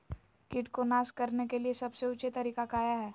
किट को नास करने के लिए सबसे ऊंचे तरीका काया है?